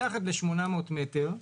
מתחת ל-800 מטר,